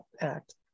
act